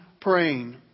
praying